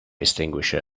extinguisher